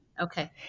Okay